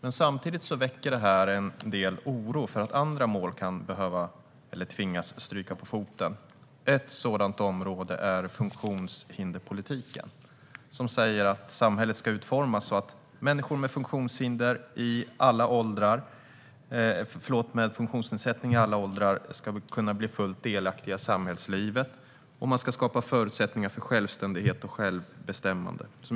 Men detta väcker samtidigt en del oro för att andra områden kan tvingas stryka på foten. Ett sådant område är funktionshinderspolitiken, som säger att samhället ska utformas så att människor med funktionsnedsättning i alla åldrar ska kunna bli fullt delaktiga i samhällslivet och att man ska skapa förutsättningar för självständighet och självbestämmande.